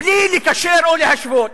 בלי לקשר או להשוות,